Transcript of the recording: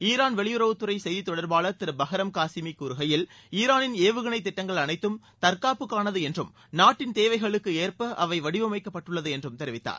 Iran வெளியுறவுத்துறை செய்தித் தொடர்பாளர் திரு பஹ்ரம் காசிமி கூறுகையில் ஈரானின் ஏவுகணை திட்டங்கள் அனைத்தும் தற்காப்புக்கானது என்றும் நாட்டின் தேவைகளுக்கேற்ப அவை வடிவமைக்கப்பட்டுள்ளது என்றும் தெரிவித்தார்